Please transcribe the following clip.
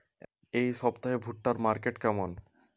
এই সপ্তাহে ভুট্টার মার্কেট কেমন?